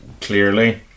clearly